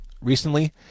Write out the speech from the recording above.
recently